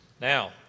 Now